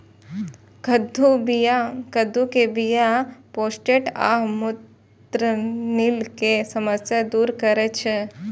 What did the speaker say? कद्दू के बीया प्रोस्टेट आ मूत्रनलीक समस्या दूर करै छै